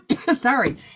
Sorry